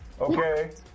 okay